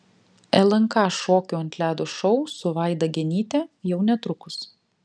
lnk šokių ant ledo šou su vaida genyte jau netrukus